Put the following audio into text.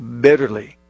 bitterly